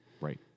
Right